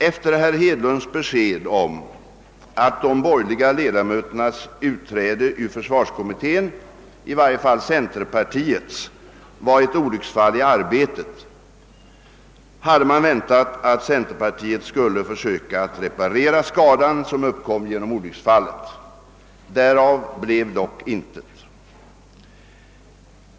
Efter herr Hedlunds besked om att de borgerliga ledamöternas utträde ur försvarskommittén i varje fall för centerpartiets del var ett olycksfall i arbetet hade man väntat att centerpartiet skulle försöka reparera den skada som uppkom genom olycksfallet. Därav blev dock intet.